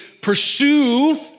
pursue